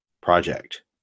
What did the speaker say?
project